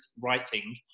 writing